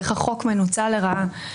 איך החוק מנוצל לרעה.